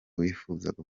wifuzaga